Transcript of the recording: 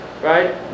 right